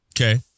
okay